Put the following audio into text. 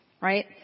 Right